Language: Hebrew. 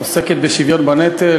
היא עוסקת בשוויון בנטל.